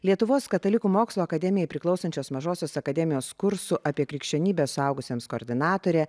lietuvos katalikų mokslo akademijai priklausančios mažosios akademijos kursų apie krikščionybę suaugusiems koordinatorė